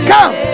Come